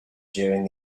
during